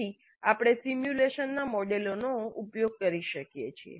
તેથી આપણે સિમ્યુલેશન મોડેલોનો ઉપયોગ કરી શકીએ છીએ